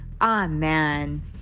Amen